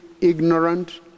ignorant